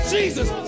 Jesus